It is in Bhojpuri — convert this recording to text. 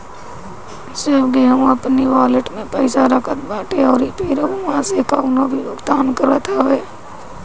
सब केहू अपनी वालेट में पईसा रखत बाटे अउरी फिर उहवा से कवनो भी भुगतान करत हअ